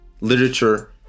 literature